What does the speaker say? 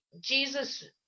Jesus